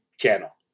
channel